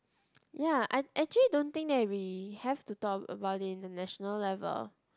ya I actually don't think that we have to talk about it in the International level